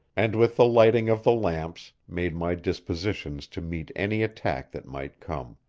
and with the lighting of the lamps made my dispositions to meet any attack that might come.